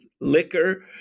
liquor